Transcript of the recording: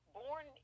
born